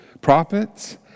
prophets